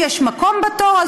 אם יש מקום בתור,